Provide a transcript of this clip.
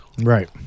Right